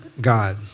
God